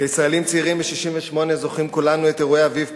כישראלים צעירים ב-1968 זוכרים כולנו את אירועי "אביב פראג",